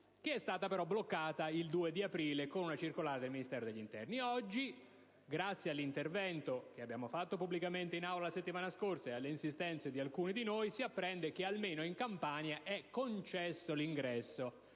però è stata bloccata il 2 aprile scorso con una circolare del Ministero dell'interno. Grazie all'intervento svolto pubblicamente in Aula la settimana scorsa e alle insistenze di alcuni di noi, oggi si apprende che almeno in Campania è concesso l'ingresso